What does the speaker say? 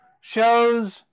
shows